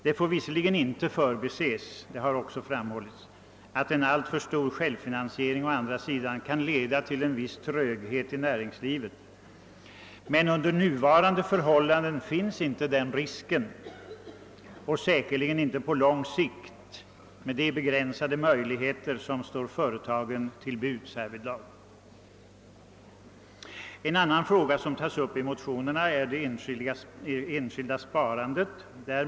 Det får visserligen inte förbises — det har också framhållits — att en alltför stor självfinansiering å andra sidan kan leda till en viss tröghet i näringslivet, men under nuvarande förhållanden — och säkerligen på lång sikt — finns inte någon sådan risk, med de be gränsade möjligheter som står företagen till buds härvidlag. En annan fråga som tas upp i motionerna är det enskilda sparandet.